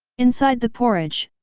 inside the porridge,